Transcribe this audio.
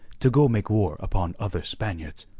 to go make war upon other spaniards!